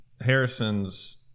Harrison's